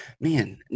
man